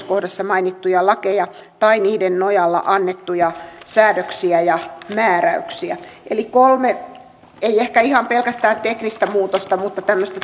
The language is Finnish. kohdassa mainittuja lakeja tai niiden nojalla annettuja säädöksiä ja määräyksiä eli kolme ei ehkä ihan pelkästään teknistä muutosta mutta tämmöistä